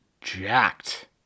jacked